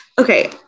okay